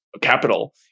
capital